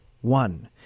one